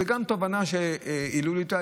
זו גם תובנה שהעלו לי אותה,